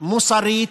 מוסרית,